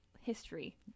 history